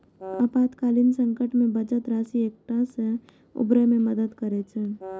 आपातकालीन संकट मे बचत राशि संकट सं उबरै मे मदति करै छै